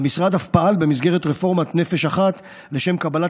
והמשרד אף פעל במסגרת רפורמת נפש אחת לשם קבלת